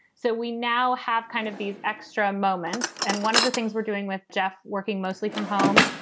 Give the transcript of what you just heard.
so we now have kind of these extra moments and one of the things we're doing with jeff working mostly from home,